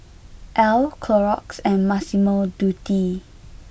Elle Clorox and Massimo Dutti